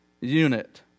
unit